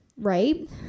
right